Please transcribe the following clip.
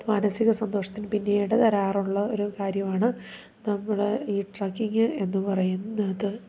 മാനസിക സന്തോഷത്തിന് പിന്നീട് വരാറുള്ള ഒരു കാര്യമാണ് നമ്മൾ ഈ ട്രക്കിങ് എന്നു പറയുന്നത്